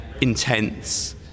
intense